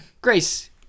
Grace